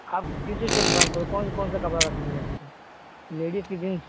आप किस चीज़ का दुकान खोल रहे हैं कौन कौन सा कपड़ा रखना है आपको लेडीस कि जेंट्स